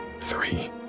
three